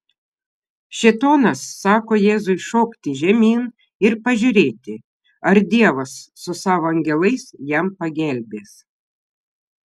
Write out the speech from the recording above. šėtonas sako jėzui šokti žemyn ir pažiūrėti ar dievas su savo angelais jam pagelbės